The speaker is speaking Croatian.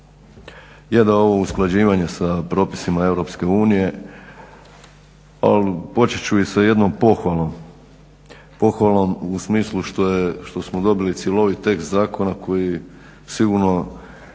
je da je ovo usklađivanje sa propisima Europske unije ali počet ću i sa jednom pohvalom, pohvalom u smislu što smo dobili cjelovit tekst zakona koji sigurno